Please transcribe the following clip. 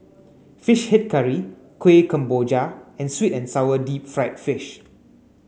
fish head curry Kuih Kemboja and sweet and sour deep fried fish